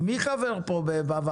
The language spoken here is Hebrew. אם הגענו להסכמה בנושא הזה.